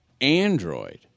Android